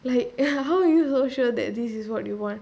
like ya how are you so sure that this is what you want